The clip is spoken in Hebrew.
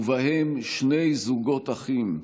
ובהם שני זוגות אחים,